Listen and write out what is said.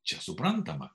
čia suprantama